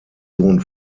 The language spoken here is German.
sohn